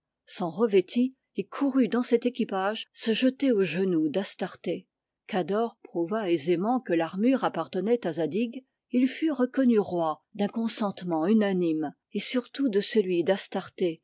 s'en revêtit et courut dans cet équipage se jeter aux genoux d'astarté cador prouva aisément que l'armure appartenait à zadig il fut reconnu roi d'un consentement unanime et surtout de celui